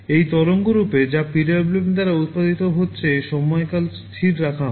এই তরঙ্গরূপে যা PWM দ্বারা উত্পাদিত হচ্ছে সময়কাল স্থির রাখা হয়